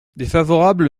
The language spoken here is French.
défavorable